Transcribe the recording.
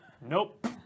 nope